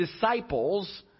disciples